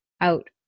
out